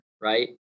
right